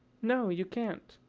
no, you can't.